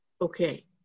okay